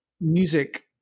music